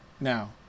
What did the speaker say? now